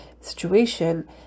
situation